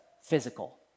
physical